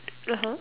(uh huh)